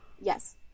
Yes